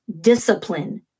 discipline